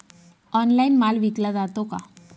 Online माल विकला जातो का?